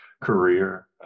career